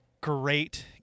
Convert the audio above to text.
great